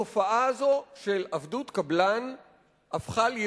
התופעה הזאת של עבדות קבלן הפכה להיות